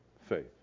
faith